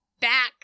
back